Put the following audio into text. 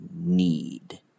need